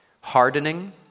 Hardening